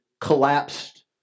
collapsed